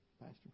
Pastor